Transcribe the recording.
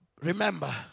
Remember